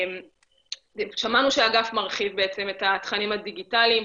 שמענו שהאגף מרחיב את התכנים הדיגיטליים,